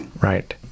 Right